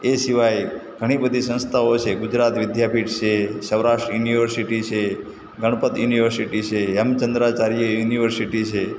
એ સિવાય ઘણી બધી સંસ્થાઓ છે ગુજરાત વિદ્યાપીઠ છે સૌરાષ્ટ્ર યુનિવર્સિટી છે ગણપત યુનિવર્સિટી છે હેમચંદ્રાચાર્ય યુનિવર્સિટી છે